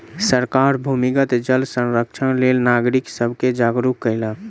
सरकार भूमिगत जल संरक्षणक लेल नागरिक सब के जागरूक केलक